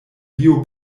bio